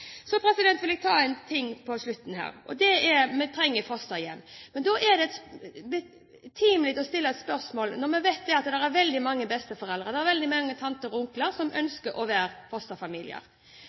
er: Vi trenger fosterhjem. Men da er det betimelig å stille et spørsmål. Vi vet at det er veldig mange besteforeldre, og at det er veldig mange tanter og onkler som ønsker å være